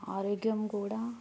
ఆరోగ్యం కూడా